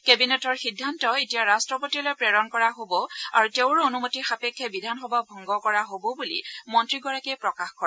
কেবিনেটৰ সিদ্ধান্ত এতিয়া ৰাট্টপতিলৈ প্ৰেৰণ কৰা হ'ব আৰু তেওঁৰ অনুমতি সাপেক্ষে বিধানসভা ভংগ কৰা হ'ব বুলি মন্ত্ৰীগৰাকীয়ে প্ৰকাশ কৰে